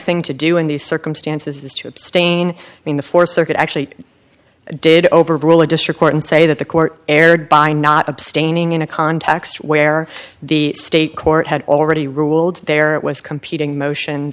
thing to do in these circumstances is to abstain in the fourth circuit actually did overrule a district court and say that the court erred by not abstaining in a context where the state court had already ruled there was competing motion